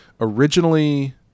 originally